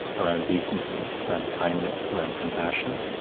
around decency, around kindness, around compassion